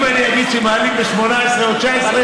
אם אני אגיד שמעלים ב-18 או 19,